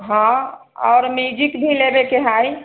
हँ आओर म्यूजिक भी लेबेके हइ